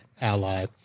ally